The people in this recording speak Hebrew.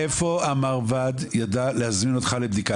מאיפה המרב"ד ידע להזמין אותך לבדיקה?